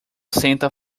senta